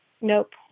Nope